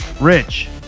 Rich